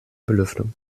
belüftung